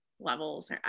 Levels